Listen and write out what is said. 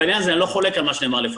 בעניין הזה אני לא חולק על מה שנאמר לפניי.